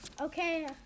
Okay